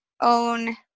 own